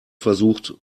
versucht